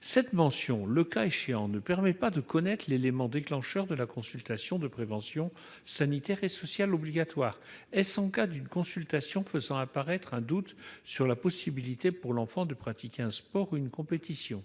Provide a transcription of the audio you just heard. Cette mention ne permet pas de connaître l'élément déclencheur de la consultation de prévention sanitaire et sociale obligatoire. Est-ce dans le cas d'une consultation faisant apparaître un doute sur la possibilité pour l'enfant de pratiquer un sport ou de participer à une compétition ?